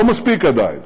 לא מספיק עדיין,